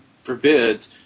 forbid